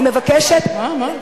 אני מבקשת, מה, מה?